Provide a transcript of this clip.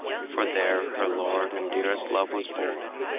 for there her lord and dearest love was born,